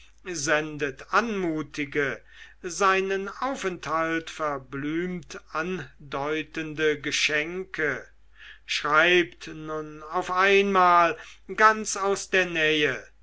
anmutige seinen aufenthalt verblümt andeutende geschenke schreibt nun auf einmal ganz aus der nähe